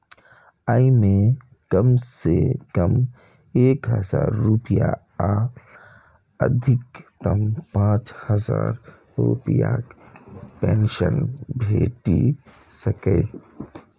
अय मे कम सं कम एक हजार रुपैया आ अधिकतम पांच हजार रुपैयाक पेंशन भेटि सकैए